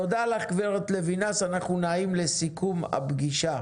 תודה לך גב' לוינס, אנחנו נעים לסיכום הפגישה.